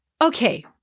Okay